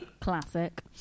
classic